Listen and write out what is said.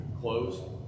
close